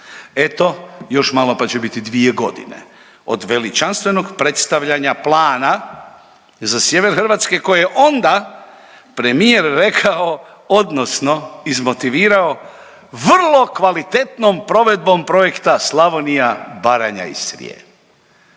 Eto, još malo pa će biti 2 godine od veličanstvenog predstavljanja plana za sjever Hrvatske koji je onda premijer rekao, odnosno izmotivirao vrlo kvalitetnom provedbom projekta Slavonija, Baranja i Srijem.